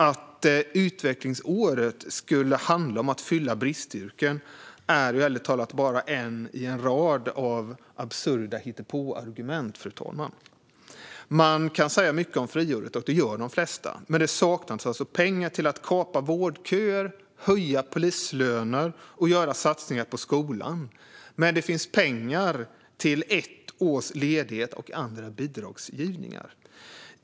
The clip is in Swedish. Att utvecklingsåret skulle handla om att fylla bristyrken är bara ett i en rad av absurda hittepåargument. Man kan säga mycket om friåret, och det gör de flesta. Men det saknas alltså pengar till att kapa vårdköer, höja polislöner och göra satsningar på skolan, samtidigt som det finns pengar till ett års ledighet och andra bidragsgivningar.